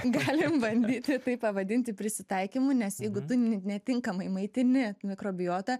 galim bandyti tai pavadinti prisitaikymu nes jeigu tu netinkamai maitini mikrobiotą